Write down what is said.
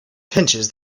pinches